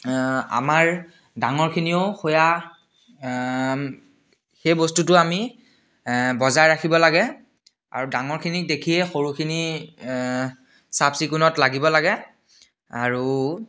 আমাৰ ডাঙৰখিনিও সৈয়া সেই বস্তুটো আমি বজাই ৰাখিব লাগে আৰু ডাঙৰখিনিক দেখিয়ে সৰুখিনি চাফ চিকুণত লাগিব লাগে আৰু